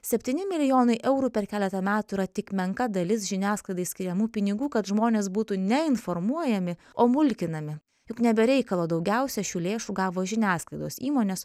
septyni milijonai eurų per keletą metų yra tik menka dalis žiniasklaidai skiriamų pinigų kad žmonės būtų ne informuojami o mulkinami juk ne be reikalo daugiausia šių lėšų gavo žiniasklaidos įmonės